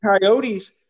coyotes